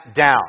down